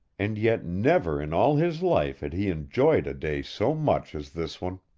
and yet never in all his life had he enjoyed a day so much as this one.